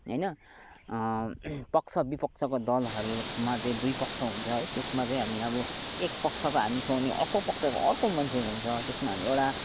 होइन पक्ष विपक्षको दलहरूमा चाहिँ दुई पक्ष हुन्छ है त्यसमा चाहिँ हामी अब एक पक्षको हामी छौँ भने अर्को पक्षको अर्को मान्छे हुन्छ त्यसमा हामी एउटा